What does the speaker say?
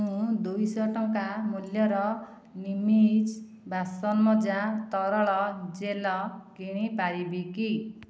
ମୁଁ ଦୁଇଶହ ଟଙ୍କା ମୂଲ୍ୟର ନିମ୍ଇଜି ବାସନମଜା ତରଳ ଜେଲ କିଣି ପାରିବି କି